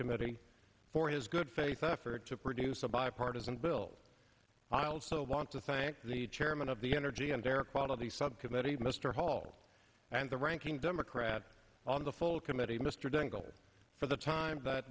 committee for his good faith effort to produce a bipartisan bill i also want to thank the chairman of the energy and air quality subcommittee mr hall and the ranking democrat on the full committee mr dingell for the time that